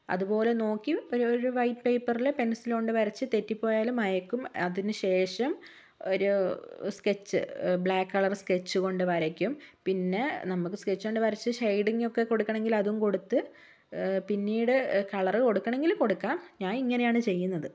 അതുപോലെ നോക്കി ഒരു ഒരു വൈറ്റ് പേപ്പറിൽ പെൻസലുകൊണ്ട് വരച്ച് തെറ്റിപ്പോയാലും മായ്ക്കും അതിനു ശേഷം ഒരു സ്കെച്ച് ബ്ലാക്ക് കളർ സ്കെച്ച് കൊണ്ട് വരയ്ക്കും പിന്നെ നമുക്ക് സ്കെച്ചുകൊണ്ട് വരച്ച് ഷേയ്ഡിങ്ങ് ഒക്കെ കൊടുക്കണമെങ്കിൽ അതും കൊടുത്ത് പിന്നീട് കളറ് കൊടുക്കണമെങ്കിൽ കൊടുക്കാം ഞാൻ ഇങ്ങനെയാണ് ചെയ്യുന്നത്